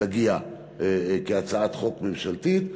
תגיע כהצעת חוק ממשלתית,